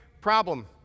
problem